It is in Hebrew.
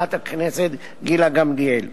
חברת הכנסת גילה גמליאל.